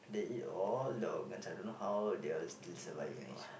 they eat all the organs I don't know how they're still surviving lah